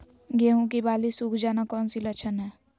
गेंहू की बाली सुख जाना कौन सी लक्षण है?